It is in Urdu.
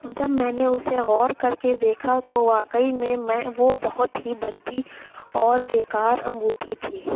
جب میں نے اسے غور کر کے دیکھا تو واقعی میں میں وہ بہت ہی بھدی اور بیکار انگوٹھی تھی